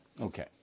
Okay